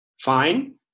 fine